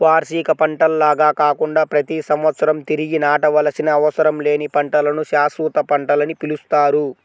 వార్షిక పంటల్లాగా కాకుండా ప్రతి సంవత్సరం తిరిగి నాటవలసిన అవసరం లేని పంటలను శాశ్వత పంటలని పిలుస్తారు